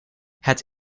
het